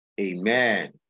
Amen